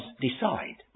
decide